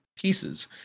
pieces